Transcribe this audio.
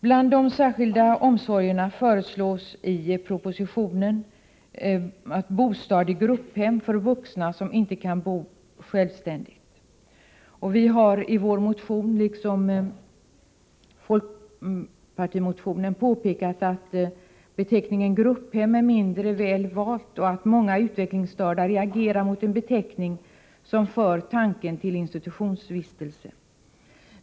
Bland de särskilda omsorgerna föreslås i propositionen bostad i grupphem för vuxna som inte kan bo självständigt. Vi har i vår motion liksom folkpartiet i sin påpekat att beteckningen grupphem är mindre väl valt och att många utvecklingsstörda reagerar mot en beteckning som för tanken till institutionsvistelse.